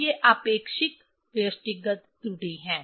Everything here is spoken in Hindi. तो ये आपेक्षिक व्यष्टिगत त्रुटि हैं